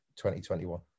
2021